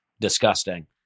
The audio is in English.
disgusting